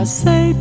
say